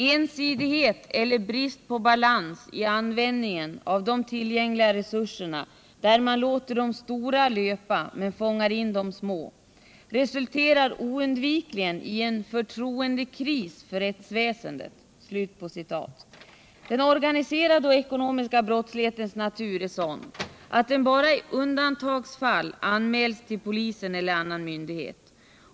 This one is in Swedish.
Ensidighet eller brist på balans i användningen av de tillgängliga resurserna där man låter de stora löpa men fångar in de små resulterar oundvikligen i en förtroendekris för rättsväsendet.” Den organiserade och ekonomiska brottslighetens natur är sådan att den bara i undantagsfall anmäls till polisen eller till annan myndighet.